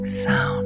sound